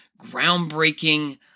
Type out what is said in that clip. groundbreaking